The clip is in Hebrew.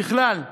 ככלל,